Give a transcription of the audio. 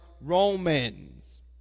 Romans